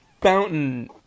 fountain